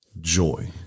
joy